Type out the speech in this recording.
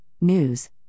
News